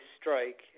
strike